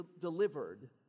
delivered